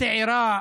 צעירה